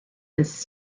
this